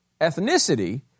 ethnicity